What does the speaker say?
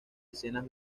escenas